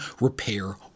repair